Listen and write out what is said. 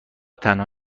تنها